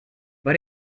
but